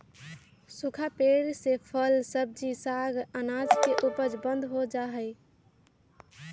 सूखा पेड़ से फल, सब्जी, साग, अनाज के उपज बंद हो जा हई